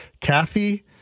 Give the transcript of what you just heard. Kathy